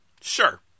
sure